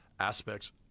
aspects